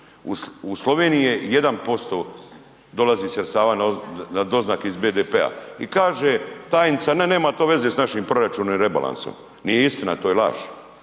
U Sloveniji je 1% dolazi sredstava na doznake iz BDP-a. I kaže tajnica ne nema to veze sa našim proračunom i rebalansom. Nije istina, to je laž,